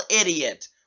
idiot